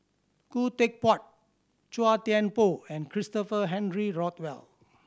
Khoo Teck Puat Chua Thian Poh and Christopher Henry Rothwell